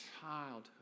childhood